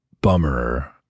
bummer